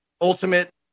ultimate